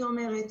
אני אומרת,